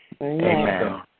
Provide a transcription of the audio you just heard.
Amen